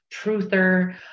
truther